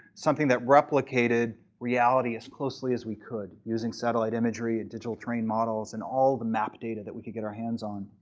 something that replicated reality as closely as we could using satellite imagery, and digital train models, and all the map data that we could get our hands on.